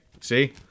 See